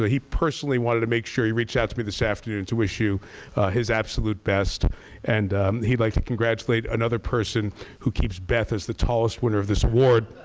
ah he personally wanted to make sure he reach out to me this afternoon to wish you his absolute best and he like to congratulate another person who keeps beth as the tallest winner of this award,